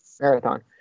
marathon